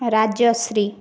Rajyashri